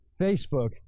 Facebook